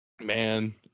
Man